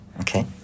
Okay